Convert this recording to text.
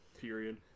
period